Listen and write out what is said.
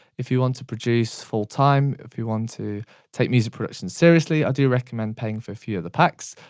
if you want to produce full-time, if you want to take music production seriously, i do recommend paying for a few of the packs,